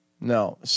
No